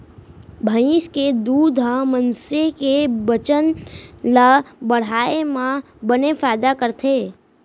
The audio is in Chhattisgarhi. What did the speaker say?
भईंस के दूद ह मनसे के बजन ल बढ़ाए म बने फायदा करथे